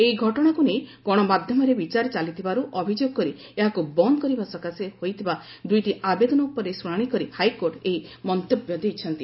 ଏହି ଘଟଣାକୁ ନେଇ ଗଣମାଧ୍ୟମରେ ବିଚାର ଚାଲିଥିବାରୁ ଅଭିଯୋଗ କରି ଏହାକୁ ବନ୍ଦ କରିବା ସକାଶେ ହୋଇଥିବା ଦୁଇଟି ଆବେଦନ ଉପରେ ଶୁଣାଣି କରି ହାଇକୋର୍ଟ ଏହି ମନ୍ତବ୍ୟ ଦେଇଛନ୍ତି